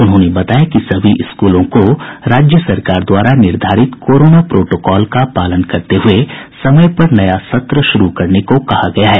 उन्होंने बताया कि सभी स्कूलों को राज्य सरकार द्वारा निर्धारित कोरोना प्रोटोकॉल का पालन करते हुये समय पर नया सत्र शुरू करने को कहा गया है